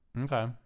Okay